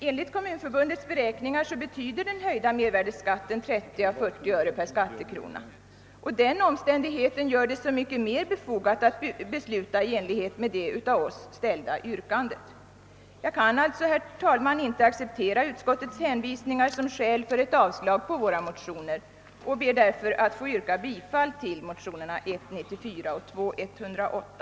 Enligt Kommunförbundets beräkningar betyder den höjda mervärdeskatten 30 å 40 öre per skattekrona. Denna omständighet gör det så mycket mer befogat att besluta i enlighet med det av oss ställda yrkandet. Jag kan alltså, herr talman, inte acceptera utskottets hänvisningar som skäl för ett avslag på våra motioner och ber därför att få yrka bifall till motionerna I: 94 och II:108.